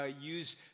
use